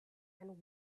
and